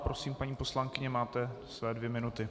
Prosím, paní poslankyně, máte své dvě minuty.